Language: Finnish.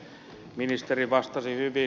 ministeri vastasi hyvin